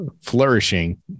flourishing